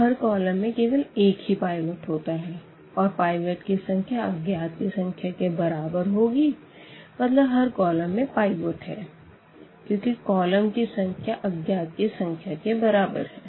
तो हर कॉलम में केवल एक ही पाइवट होता है और पाइवट की संख्या अज्ञात की संख्या के बराबर होगी मतलब हर कॉलम में पाइवट है क्योंकि कॉलम की संख्या अज्ञात की संख्या के बराबर है